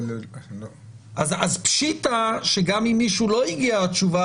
אז פשיטא שגם אם מישהו לא הגיע לתשובה,